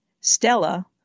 Stella